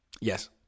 Yes